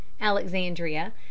Alexandria